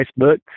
Facebook